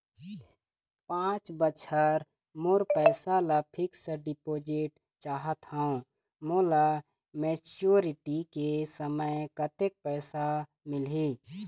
पांच बछर बर मोर पैसा ला फिक्स डिपोजिट चाहत हंव, मोला मैच्योरिटी के समय कतेक पैसा मिल ही?